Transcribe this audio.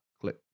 click